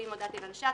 ואם הודעתי לנש"פ,